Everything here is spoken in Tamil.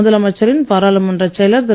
முதலமைச்சரின் பாராளுமன்ற செயலர் திரு